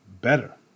better